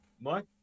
Mike